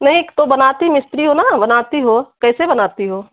नहीं तो बनाती मिस्त्री हो ना बनाती हो कैसे बनाती हो